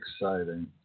exciting